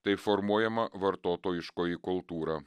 taip formuojama vartotojiškoji kultūra